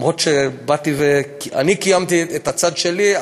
אני קיימתי את הצד שלי,